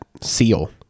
seal